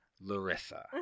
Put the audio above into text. Larissa